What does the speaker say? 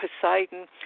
Poseidon